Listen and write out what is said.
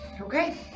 Okay